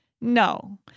no